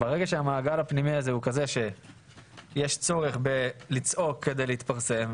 ברגע שהמעגל הפנימי שלהם הוא כזה שיש צורך בצעקה כדי להתפרסם,